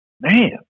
man—